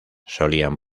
solían